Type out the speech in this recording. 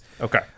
Okay